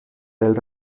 del